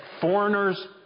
Foreigners